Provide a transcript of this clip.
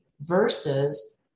Versus